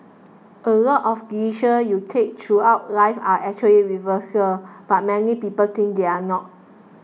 a lot of decisions you take throughout life are actually reversible but many people think they're not